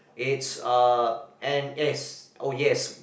it's uh N_S oh yes